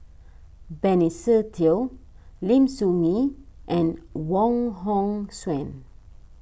Benny Se Teo Lim Soo Ngee and Wong Hong Suen